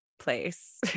place